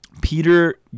Peter